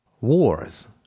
Wars